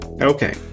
okay